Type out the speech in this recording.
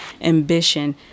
ambition